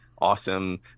awesome